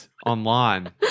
Online